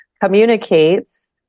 communicates